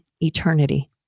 eternity